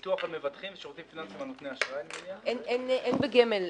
אין בגמל,